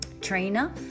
trainer